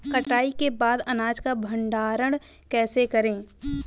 कटाई के बाद अनाज का भंडारण कैसे करें?